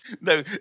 No